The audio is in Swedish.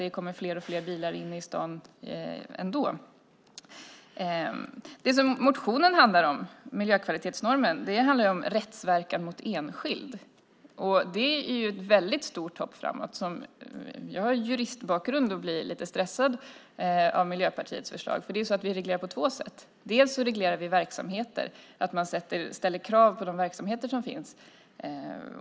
Det kommer fler och fler bilar in till stan ändå. Motionen handlar om miljökvalitetsnormen och rättsverkan mot enskild. Det är ett väldigt stort hopp framåt. Jag har juristbakgrund och blir lite stressad av Miljöpartiets förslag. Det är så att vi reglerar på två sätt. Vi reglerar verksamheter och ställer krav på de verksamheter som finns.